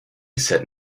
said